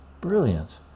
brilliant